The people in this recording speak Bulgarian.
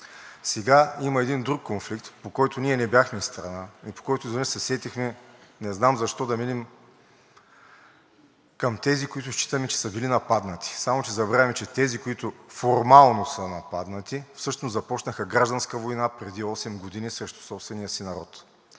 Сега има един друг конфликт, по който ние не бяхме страна и по който изведнъж се сетихме, не знам защо, да минем към тези, които считаме, че са били нападнати. Само че забравяме, че тези, които формално са нападнати, всъщност започнаха гражданска война преди осем години срещу собствения си народ,